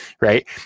Right